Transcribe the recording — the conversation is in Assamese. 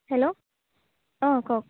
হেল্ল' অঁ কওক